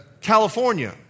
California